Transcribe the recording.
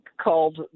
called